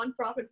nonprofit